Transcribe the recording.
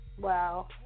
Wow